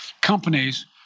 companies